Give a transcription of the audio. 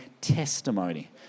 testimony